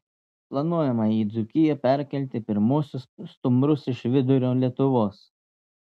planuojama į dzūkiją perkelti pirmuosius stumbrus iš vidurio lietuvos